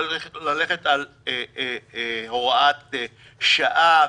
ללכת על הוראת שעה וכו'